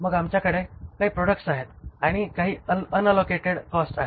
मग आमच्याकडे काही प्रॉडक्ट्स आहेत आणि काही अनअलोकेटेड कॉस्ट आहे